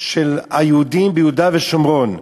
של היהודים ביהודה ושומרון.